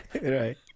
Right